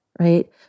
right